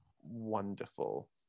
wonderful